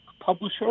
publisher